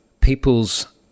people's